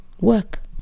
work